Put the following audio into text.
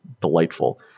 delightful